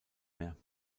mehr